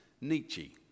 Nietzsche